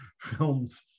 films